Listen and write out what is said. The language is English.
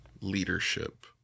leadership